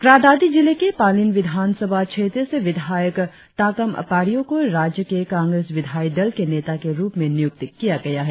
क्रा दादी जिले के पालिन विधानसभा क्षेत्र से विधायक ताकम पारियो को राज्य के कांग्रेस विधायी दल के नेता के रुप में नियुक्त किया गया है